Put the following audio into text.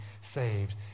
saved